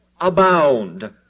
abound